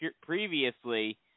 previously